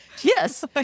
Yes